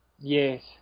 yes